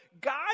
God